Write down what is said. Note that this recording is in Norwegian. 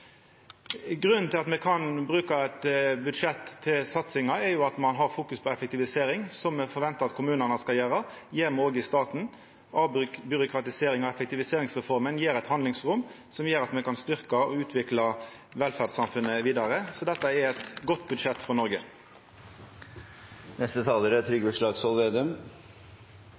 Grunnen til at me kan bruka eit budsjett til satsinga, er at ein fokuserer på effektivisering, som me forventar at kommunane skal gjera. Det gjer me òg i staten. Avbyråkratiserings- og effektiviseringsreforma gjev eit handlingsrom som gjer at me kan styrkja og utvikla velferdssamfunnet vidare. Så dette er eit godt budsjett for Noreg.